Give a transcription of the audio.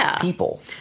people